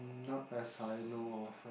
not as I know of